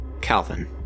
Calvin